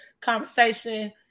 conversation